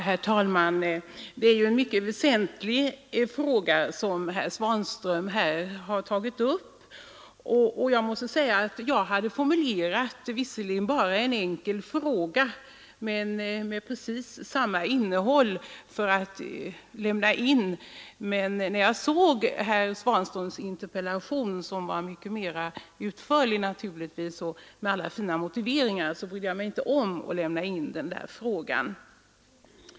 Herr talman! Det är en mycket väsentlig fråga som herr Svanström här har tagit upp. Jag hade formulerat en enkel fråga med precis samma innehåll, men när jag såg herr Svanströms interpellation, som naturligtvis var mycket mera utförlig med alla sina motiveringar, brydde jag mig into om att lämna in min fråga.